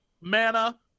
mana